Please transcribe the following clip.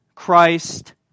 Christ